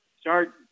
start